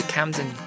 Camden